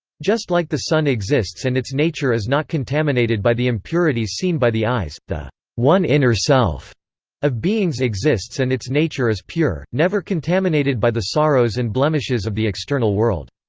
just like the sun exists and its nature is not contaminated by the impurities seen by the eyes, the one inner self of beings exists and its nature is pure, never contaminated by the sorrows and blemishes of the external world.